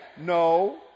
No